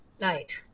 night